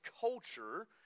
culture